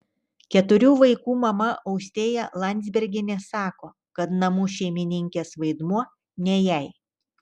keturių vaikų mama austėja landzbergienė sako kad namų šeimininkės vaidmuo ne jai